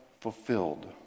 fulfilled